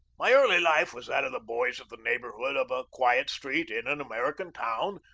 my early life was that of the boys of the neigh borhood of a quiet street in an american town,